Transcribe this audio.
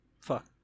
fuck